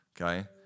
Okay